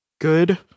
good